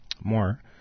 more